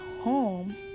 home